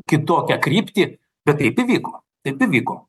kitokią kryptį bet taip įvyko taip įvyko